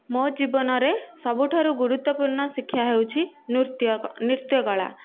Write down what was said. ମୋ ଜୀବନରେ ସବୁଠାରୁ ଗୁରୁତ୍ୱପୂର୍ଣ୍ଣ ଶିକ୍ଷା ହେଉଛି ନୃତ୍ୟ ନୃତ୍ୟ କଳା